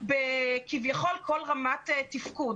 כביכול כל רמת תפקוד.